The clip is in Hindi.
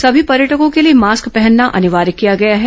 सभी पर्यटकों के लिए मास्क पहनना अनिवार्य किया गया है